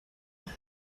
mais